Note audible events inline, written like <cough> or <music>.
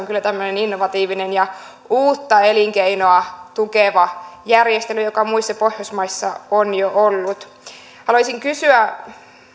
<unintelligible> kyllä tämmöinen innovatiivinen ja uutta elinkeinoa tukeva järjestely joka muissa pohjoismaissa on jo ollut haluaisin kysyä